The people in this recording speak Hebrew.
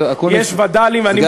יש חוק הווד"לים,